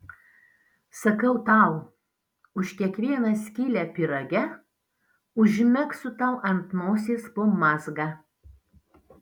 sakau tau už kiekvieną skylę pyrage užmegsiu tau ant nosies po mazgą